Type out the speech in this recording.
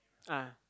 ah